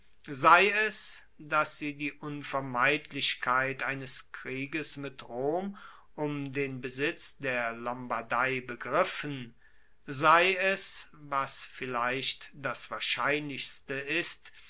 sei es dass sie die unvermeidlichkeit eines krieges mit rom um den besitz der lombardei begriffen sei es was vielleicht das wahrscheinlichste ist